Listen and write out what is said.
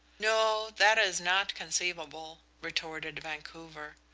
no that is not conceivable, retorted vancouver.